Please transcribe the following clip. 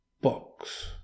box